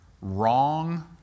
wrong